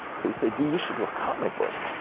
so he said, d, you should do a comic book.